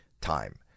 time